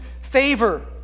favor